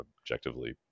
objectively